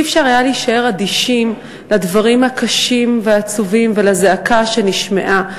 אי-אפשר היה להישאר אדישים לדברים הקשים והעצובים ולזעקה שנשמעה.